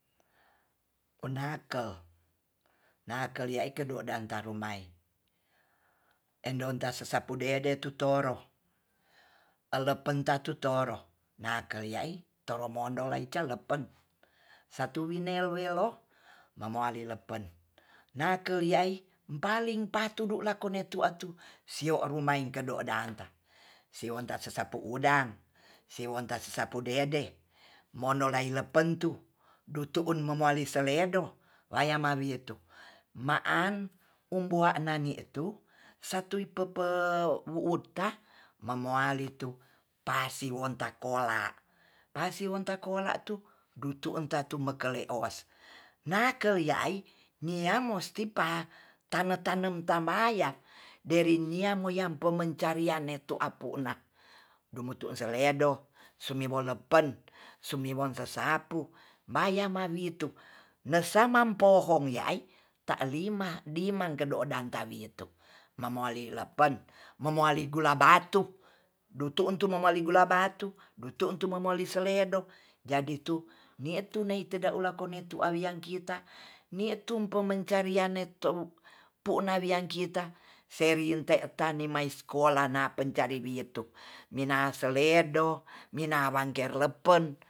Penakel nakel ya eke do dan taroomai endon ta sesapu dede tu toro elepenta tu toro nakel ya'i toro mondo laical lepen satu winei welou mamoale lepen naken ya'i paling patu du du lakone atu sio rumai kedo data sio tasesapu udang siwon tesesapu dede mono laile pentu dutuun momuali seledo layem mawitu ma an umbua nanitu satui pepe wu u'ta mamolaetu pasi onta kola pasi wonta kolatu dutu tatumakele owas nakelia ai nia musti pa tanem-tanem tamaiya deri niamoyampo mencaritu apu na dumutu seledo sumi wolopen sumiwon sesapu maya mawitu nesamampohong ya ai ta lima dimang kedo tawitu mamoali lepen momoali gula baru dutu tu momuali gula batu dutuntu momuali saledo jadi tu ni tu nei teda ulakone tu awian kita nitu pembencariane tou puna wian kita sering te tani mais sekolah na pencadi witu mina seledo mina wangke lepen